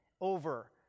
over